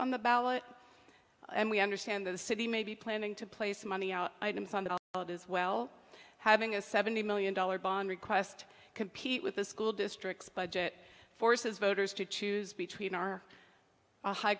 on the ballot and we understand that the city may be planning to place money items on the other as well having a seventy million dollars bond request compete with the school district's budget forces voters to choose between our high